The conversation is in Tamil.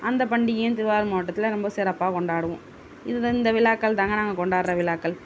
அந்த பண்டிகையும் திருவாரூர் மாவட்டத்தில் ரொம்ப சிறப்பாக கொண்டாடுவோம் இது இந்த விழாக்கள்தாங்க நாங்கள் கொண்டாடற விழாக்கள்